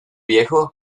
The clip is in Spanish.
viejo